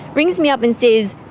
rings me up and says,